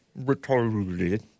Retarded